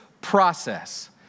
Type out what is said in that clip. process